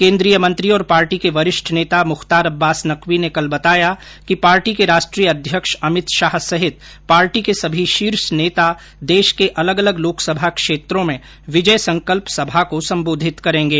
केन्द्रीय मंत्री और पार्टी के वरिष्ठ नेता मुख्ता अब्बास नकवी ने कल बताया कि पार्टी के राष्ट्रीय अध्यक्ष अमित शाह सहित पार्टी के सभी शीर्ष नेता देश के अलग अलग लोकसभा क्षेत्रों में विजय संकल्प सभा को सम्बोधित करेगें